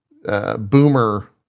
Boomer